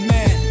Man